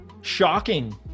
shocking